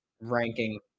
ranking